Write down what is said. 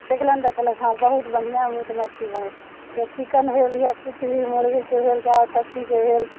देखलनि तऽ कहलक हँ बहुत बढ़िआँ मीट मछली बनल या चिकन भेल या किछु भी मुर्गेके भेल चाहे खस्सीके भेल